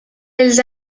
els